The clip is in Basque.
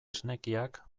esnekiak